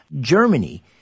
Germany